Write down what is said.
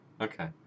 Okay